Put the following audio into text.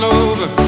over